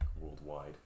Worldwide